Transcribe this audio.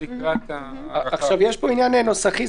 יש כאן עניין נוסחי,